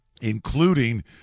including